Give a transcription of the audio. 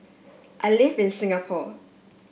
I live in Singapore